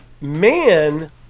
man